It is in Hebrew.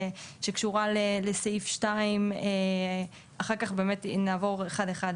שקשורה לסעיף 2. אחר כך באמת נעבור אחד אחד,